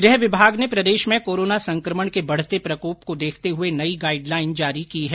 गृह विभाग ने प्रदेश में कोरोना संकमण के बढ़ते प्रकोप को देखते हुए नई गाइड लाइन जारी की है